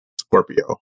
Scorpio